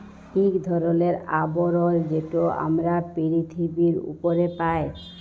ইক ধরলের আবরল যেট আমরা পিরথিবীর উপরে পায়